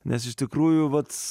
nes iš tikrųjų vat